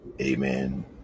Amen